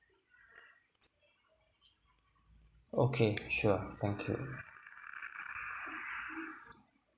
okay sure thank you